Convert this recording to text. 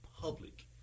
public